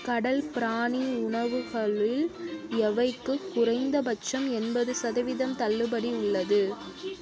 கடல் பிராணி உணவுகளில் எவைக்கு குறைந்தபட்சம் எண்பது சதவீதம் தள்ளுபடி உள்ளது